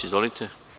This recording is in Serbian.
Izvolite.